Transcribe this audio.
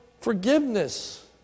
forgiveness